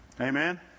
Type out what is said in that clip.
Amen